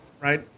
right